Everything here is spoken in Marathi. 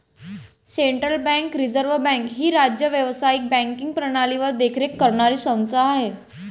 सेंट्रल बँक रिझर्व्ह बँक ही राज्य व्यावसायिक बँकिंग प्रणालीवर देखरेख करणारी संस्था आहे